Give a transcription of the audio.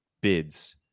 bids